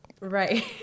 Right